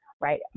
right